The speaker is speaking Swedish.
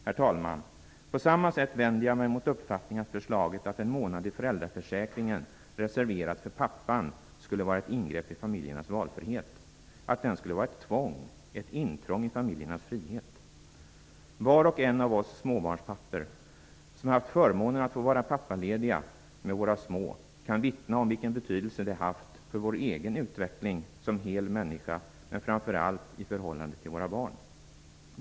Herr talman! På samma sätt vänder jag mig mot uppfattningen att förslaget att en månad i föräldraförsäkringen reserverad för pappan skulle vara ett ingrepp i familjernas valfrihet, att den skulle vara ett tvång, ett intrång i familjernas frihet. Var och en av oss småbarnspappor som haft förmånen att få vara pappaledig med sina små, kan vittna om vilken betydelse det haft för hans egen utveckling som hel människa men framför allt i förhållandet till sina barn.